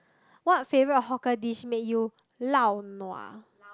what favorite hawker dish made you lao nua